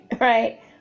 right